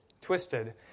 Twisted